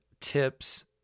tips